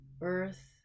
earth